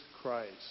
Christ